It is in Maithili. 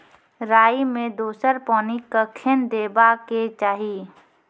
राई मे दोसर पानी कखेन देबा के चाहि?